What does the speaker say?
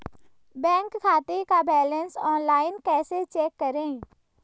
Bank खाते का balance online कैसे चेक करें?